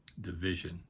division